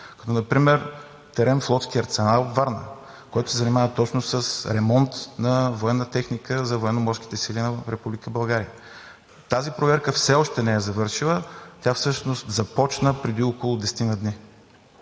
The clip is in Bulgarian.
като например „Терем Флотски Арсенал“ – Варна, който се занимава точно с ремонт на военна техника за Военноморските сили на Република България. Тази проверка все още не е завършила, тя всъщност започна преди около 10-ина